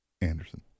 Anderson